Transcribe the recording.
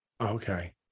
Okay